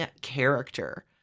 character